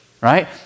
right